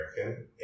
American